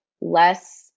less